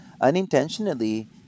unintentionally